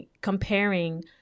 comparing